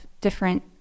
different